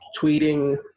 tweeting